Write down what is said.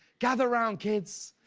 gather round kids.